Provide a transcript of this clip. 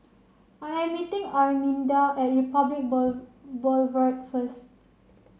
I am meeting Arminda at Republic Boulevard first